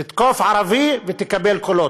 תתקוף ערבי ותקבל קולות,